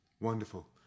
Wonderful